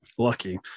lucky